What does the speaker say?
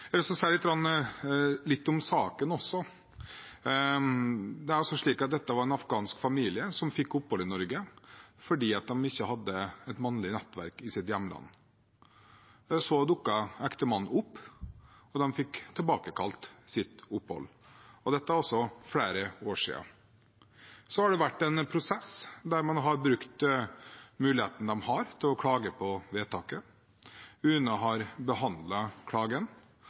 sitt hjemland. Så dukket ektemannen opp, og de fikk tilbakekalt sitt opphold. Dette er altså flere år siden. Så har det vært en prosess der man har brukt muligheten de har til å klage på vedtaket. UNE har behandlet klagen